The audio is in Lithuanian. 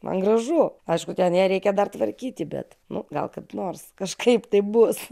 man gražu aišku ten ją reikia dar tvarkyti bet nu gal kaip nors kažkaip taip bus